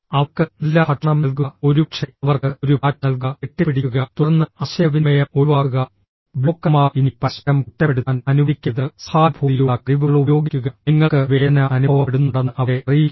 അവർക്ക് നല്ല ഭക്ഷണം നൽകുക ഒരുപക്ഷേ അവർക്ക് ഒരു പാറ്റ് നൽകുക കെട്ടിപ്പിടിക്കുക തുടർന്ന് ആശയവിനിമയം ഒഴിവാക്കുക ബ്ലോക്കർമാർ ഇനി പരസ്പരം കുറ്റപ്പെടുത്താൻ അനുവദിക്കരുത് സഹാനുഭൂതിയുള്ള കഴിവുകൾ ഉപയോഗിക്കുക നിങ്ങൾക്ക് വേദന അനുഭവപ്പെടുന്നുണ്ടെന്ന് അവരെ അറിയിക്കുക